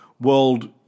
world